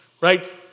Right